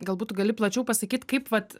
galbūt gali plačiau pasakyt kaip vat